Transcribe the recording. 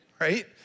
right